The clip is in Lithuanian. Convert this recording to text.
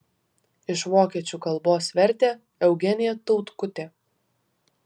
iš vokiečių kalbos vertė eugenija tautkutė